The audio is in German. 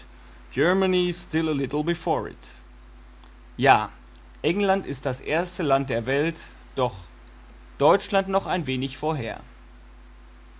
ja england ist das erste land der welt doch deutschland noch ein wenig vorher